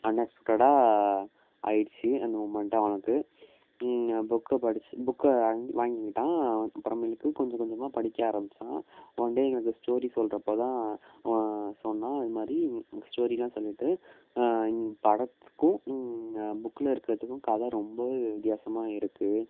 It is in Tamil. அன்எக்ஸ்பெக்ட்டடாக ஆயிடுச்சு அந்த முமண்ட்டு அவனுக்கு புக்கை படித்து புக்கை அங் வாங்கிக்கிட்டான் அப்புறமேலுக்கும் கொஞ்ச கொஞ்சமாக படிக்க ஆரமித்தான் ஒன் டே எங்களுக்கு ஸ்டோரி சொல்கிறப்ப தான் சொன்னான் இது மாதிரி ஸ்டோரிலாம் சொல்லிட்டு படத்துக்கும் புக்கில் இருக்கிறத்துக்கும் கதை ரொம்பவே வித்தியாசமாக இருக்குது